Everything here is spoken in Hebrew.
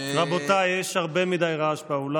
רבותיי, יש הרבה מדי רעש באולם.